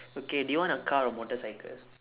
okay do you want a car or motorcycle